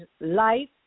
life